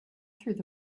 through